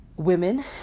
women